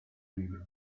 libros